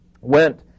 went